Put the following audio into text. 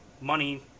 money